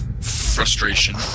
frustration